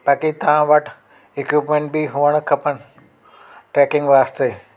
बाक़ी तव्हां वटि हिकु पन बि हुअणु खपनि ट्रैकिंग वास्ते